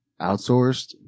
outsourced